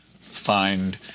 find